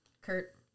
Kurt